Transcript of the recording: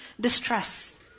distress